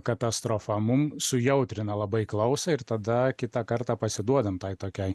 katastrofa mum sujautrina labai klausą ir tada kitą kartą pasiduodam tai tokiai